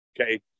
Okay